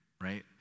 right